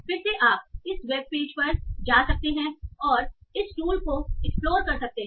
फिर से आप इस वेबपेज पर जा सकते हैं और इस टूल को एक्सप्लोर कर सकते हैं